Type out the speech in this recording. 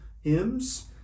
hymns